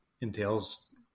entails